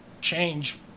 change